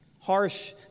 Harsh